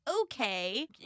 Okay